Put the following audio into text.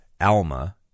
ALMA